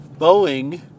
Boeing